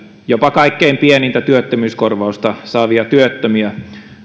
jopa kaikkein pienintä työttömyyskorvausta saavia työttömiä